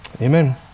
Amen